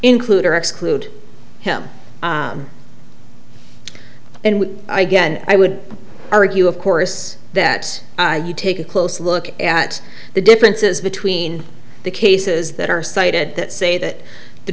include or exclude him and again i would argue of course that you take a close look at the differences between the cases that are cited that say that the